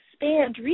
expand